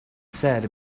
said